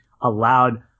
allowed